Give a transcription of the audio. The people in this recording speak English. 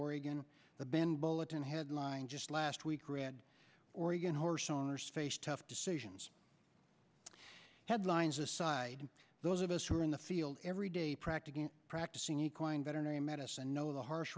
oregon the bend bulletin headline just last week read oregon horse owners face tough decisions headlines aside those of us who are in the field every day practically practicing equine veterinary medicine know the harsh